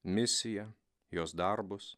misiją jos darbus